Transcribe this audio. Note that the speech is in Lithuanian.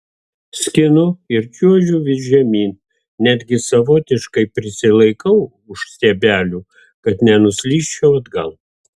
skinu ir čiuožiu vis žemyn netgi savotiškai prisilaikau už stiebelių kad nenuslysčiau atgal